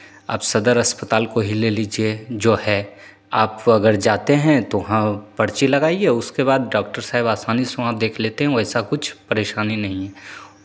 आप सदर अस्पताल को ही ले लीजिए जो है आप अगर जाते हैं तो वहाँ पर्ची लगाइए और उसके बाद डॉक्टर साहेब आसानी से वहाँ देख लेते हैं वैसा कुछ परेशानी नहीं है